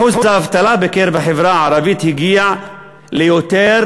אחוז האבטלה בחברה הערבית הגיע ליותר,